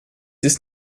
ist